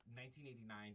1989